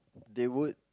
they would